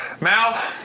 Mal